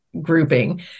grouping